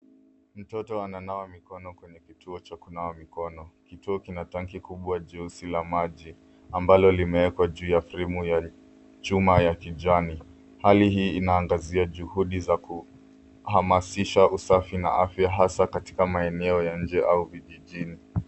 Mtoto ananawa mikono kwenye kituo cha kunawa mikono. Kituo kina tanki kubwa jeusi la maji ambalo limeekwa juu ya fremu ya chuma ya kijani. Hali hii inaangazia juhudi za kuhamasisha usafi na afya hasa katika maeneo ya nje au vijijini.